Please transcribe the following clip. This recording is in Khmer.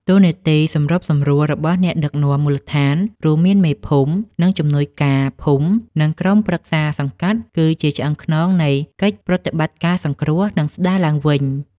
តួនាទីសម្របសម្រួលរបស់អ្នកដឹកនាំមូលដ្ឋាន រួមមានមេភូមិ ជំនួយការភូមិ និងក្រុមប្រឹក្សាសង្កាត់ គឺជាឆ្អឹងខ្នងនៃកិច្ចប្រតិបត្តិការសង្គ្រោះ និងស្ដារឡើងវិញ។